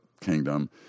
kingdom